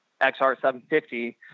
XR750